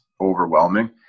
overwhelming